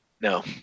no